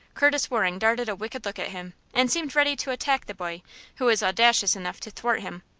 curtis waring darted a wicked look at him, and seemed ready to attack the boy who was audacious enough to thwart him,